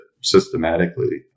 systematically